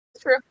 true